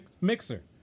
mixer